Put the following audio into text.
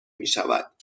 میشود